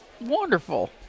Wonderful